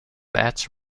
bats